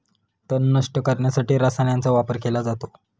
तण नष्ट करण्यासाठी रसायनांचा वापर केला जातो